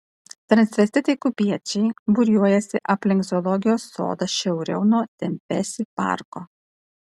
transvestitai kubiečiai būriuojasi aplink zoologijos sodą šiauriau nuo tempėsi parko